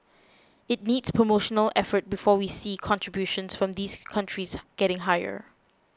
it needs promotional effort before we see contributions from these countries getting higher